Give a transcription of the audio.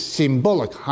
symbolic